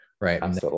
Right